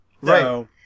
Right